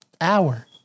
hour